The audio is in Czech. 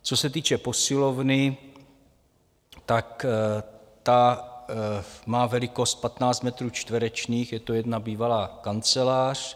Co se týče posilovny, ta má velikost 15 metrů čtverečních, je to jedna bývalá kancelář.